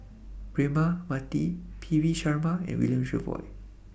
Braema Mathi P V Sharma and William Jervois